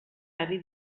ari